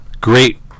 great